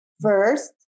first